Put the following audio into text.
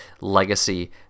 legacy